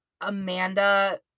Amanda